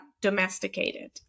domesticated